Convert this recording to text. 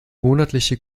monatliche